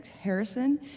Harrison